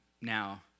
now